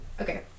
Okay